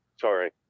sorry